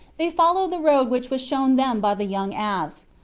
they followed the road which was shown them by the young ass,